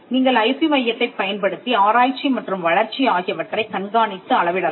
நீங்கள் ஐபி மையத்தைப் பயன்படுத்தி ஆராய்ச்சி மற்றும் வளர்ச்சி ஆகியவற்றைக் கண்காணித்து அளவிடலாம்